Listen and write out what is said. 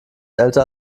älter